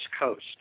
Coast